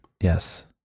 yes